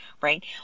right